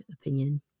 opinion